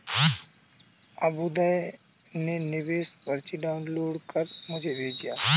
अभ्युदय ने निवेश पर्ची डाउनलोड कर मुझें भेजा